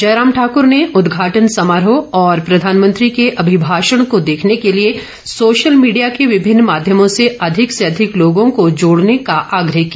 जयराम ठाकर ने उदघाटन समारोह और प्रधानमंत्री के अभिभाषण को देखने के लिए सोशल मीडिया के विभिन्न माध्यमों से अधिक से अधिक लोगों को जोडने का आग्रह किया